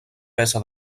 peça